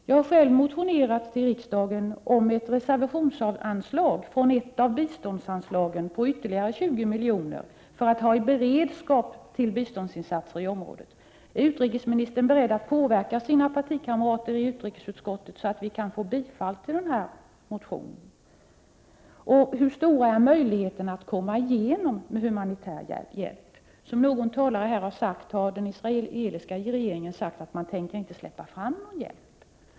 Jag har själv motionerat till riksdagen om ett reservationsanslag från ett av biståndsanslagen på ytterligare 20 milj.kr. för att ha i beredskap till biståndsinsatser i området. Är utrikesministern beredd att påverka sina partikamrater i utrikesutskottet så att vi kan få bifall till den motionen? Hur stora är möjligheterna att komma igenom med humanitär hjälp? Som någon talare har nämnt har den israeliska regeringen sagt att man inte tänker släppa fram någon hjälp.